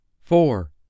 Four